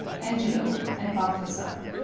angelo, and balthazar